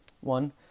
one